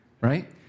right